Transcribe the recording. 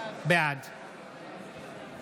בעד